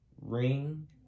ring